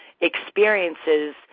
experiences